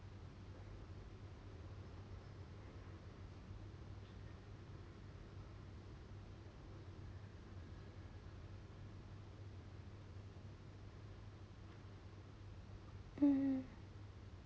mm